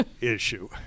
issue